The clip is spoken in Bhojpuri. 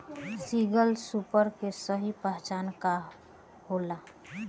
सिंगल सूपर के सही पहचान का होला?